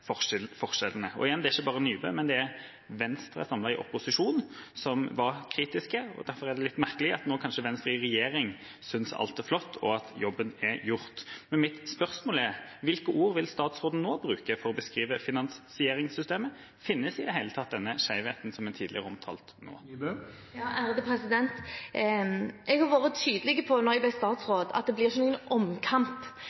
forskjellene. Og igjen: Det var ikke bare Nybø, men Venstre samlet, i opposisjon, som var kritisk. Derfor er det litt merkelig at Venstre i regjering nå kanskje synes alt er flott, og at jobben er gjort. Mitt spørsmål er: Hvilke ord vil statsråden nå bruke for å beskrive finansieringssystemet? Finnes i det hele tatt den skjevheten som en tidligere har omtalt, nå? Jeg har vært tydelig på da jeg ble